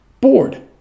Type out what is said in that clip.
bored